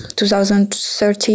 2013